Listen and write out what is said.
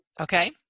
Okay